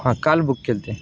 हा काल बुक केले होते